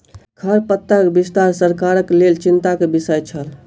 खरपातक विस्तार सरकारक लेल चिंता के विषय छल